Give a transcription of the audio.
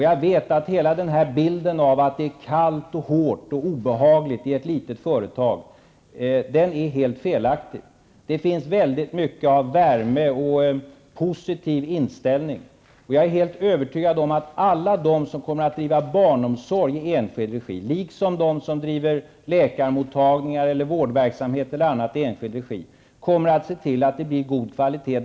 Jag vet att hela bilden av att det är kallt, hårt och obehagligt i ett litet företag är helt felaktigt. Det finns mycket av värme och positiv inställning. Jag är helt övertygad om att alla de som kommer att driva barnomsorg i enskild regi liksom de som driver läkarmottagningar eller annan vårdverksamhet i enskild regi kommer att se till att det blir god kvalitet.